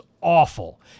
awful